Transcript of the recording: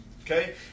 Okay